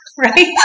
Right